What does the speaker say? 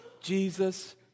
Jesus